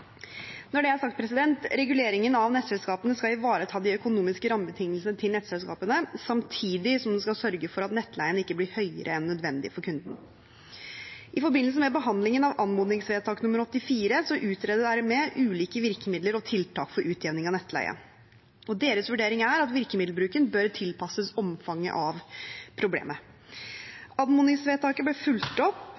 Når det er sagt: Reguleringen av nettselskapene skal ivareta de økonomiske rammebetingelsene til nettselskapene, samtidig som den skal sørge for at nettleien ikke blir høyere enn nødvendig for kunden. I forbindelse med behandlingen av anmodningsvedtak nr. 84 utredet RME ulike virkemidler og tiltak for utjevning av nettleie. Deres vurdering er at virkemiddelbruken bør tilpasses omfanget av problemet.